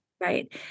Right